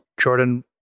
Jordan